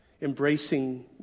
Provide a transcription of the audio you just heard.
embracing